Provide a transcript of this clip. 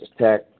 Tech